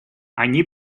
они